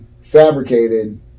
fabricated